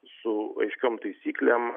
su aiškiom taisyklėm